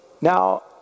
Now